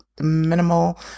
minimal